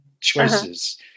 choices